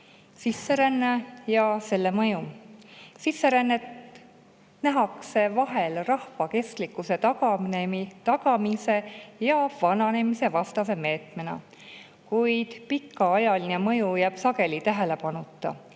Sisseränne ja selle mõju. Sisserännet nähakse vahel rahva kestlikkuse tagamise ja vananemisvastase meetmena, kuid pikaajaline mõju jääb sageli tähelepanuta.